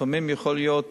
לפעמים יכולים להיות